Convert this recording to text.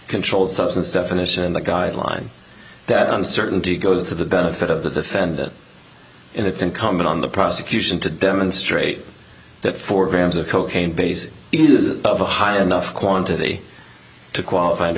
controlled substance definition and the guideline that uncertainty goes to the benefit of the defendant and it's incumbent on the prosecution to demonstrate that four grams of cocaine base is of a high enough quantity to qualify under